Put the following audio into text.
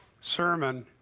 sermon